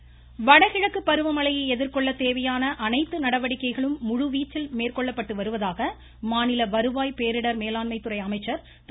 Udhayakumar voice வடகிழக்கு பருவமழையை எதிர்கொள்ளத் தேவையான அனைத்து நடவடிக்கைகளும் முழுவீச்சில் மேற்கொள்ளப்பட்டு வருவதாக மாநில வருவாய் பேரிடர் மேலாண்மை துறை அமைச்சர் திரு